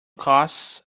costs